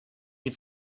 les